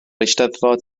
eisteddfod